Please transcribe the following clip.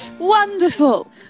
Wonderful